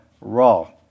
raw